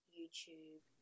YouTube